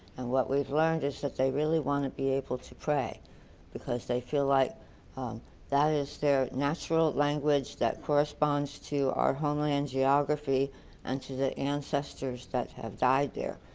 and what we've learned is that they really want to be able to pray because they feel like um that is their natural language that corresponds to our homeland geography and to the ancestors that have died there.